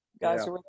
guys